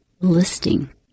listing